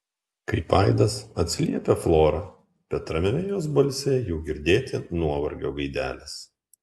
kaip aidas atsiliepia flora bet ramiame jos balse jau girdėti nuovargio gaidelės